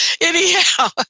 Anyhow